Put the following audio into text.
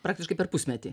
praktiškai per pusmetį